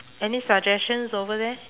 any suggestions over there